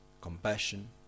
compassion